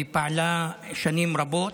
היא פעלה שנים רבות.